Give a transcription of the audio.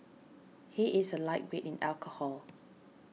he is a lightweight in alcohol